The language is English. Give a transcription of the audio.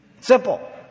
Simple